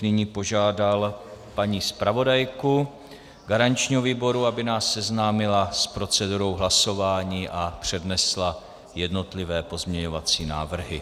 Nyní bych požádal paní zpravodajku garančního výboru, aby nás seznámila s procedurou hlasování a přednesla jednotlivé pozměňovací návrhy.